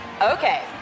Okay